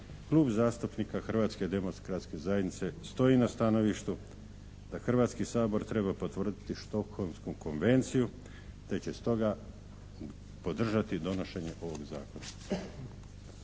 Klub zastupnika Hrvatske demokratske zajednice stoji na stanovištu da Hrvatski sabor treba potvrditi stockholmsku konvenciju te će stoga podržati donošenje ovog zakona.